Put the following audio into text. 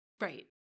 Right